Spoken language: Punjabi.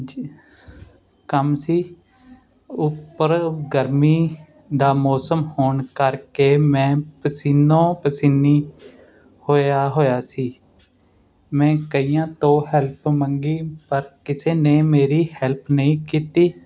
ਕੰਮ ਸੀ ਉਪਰ ਗਰਮੀ ਦਾ ਮੌਸਮ ਹੋਣ ਕਰਕੇ ਮੈਂ ਪਸੀਨੋਂ ਪਸੀਨੀ ਹੋਇਆ ਹੋਇਆ ਸੀ ਮੈਂ ਕਈਆਂ ਤੋਂ ਹੈਲਪ ਮੰਗੀ ਪਰ ਕਿਸੇ ਨੇ ਮੇਰੀ ਹੈਲਪ ਨਹੀਂ ਕੀਤੀ